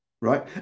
right